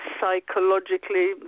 psychologically